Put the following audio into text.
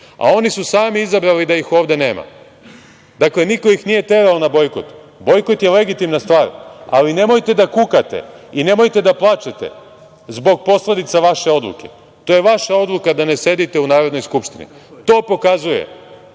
a oni su sami izabrali da ih ovde nema. Dakle, niko ih nije terao na bojkot. Bojkot je legitimna stvar, ali nemojte da kukate i nemojte da plačete zbog posledica vaše odluke. To je vaša odluka da ne sedite u Narodnoj skupštini. To pokazuje